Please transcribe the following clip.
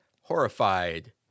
Horrified